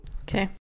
Okay